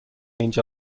اینجا